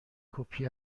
کپی